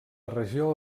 regió